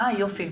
יופי.